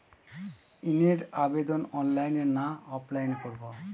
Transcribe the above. ঋণের আবেদন অনলাইন না অফলাইনে করব?